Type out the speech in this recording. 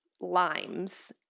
limes